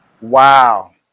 Wow